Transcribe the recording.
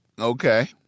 Okay